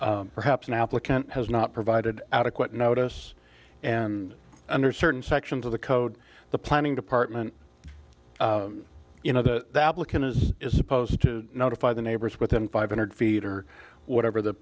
where perhaps an applicant has not provided adequate notice and under certain sections of the code the planning department you know the applicant is supposed to notify the neighbors within five hundred feet or whatever th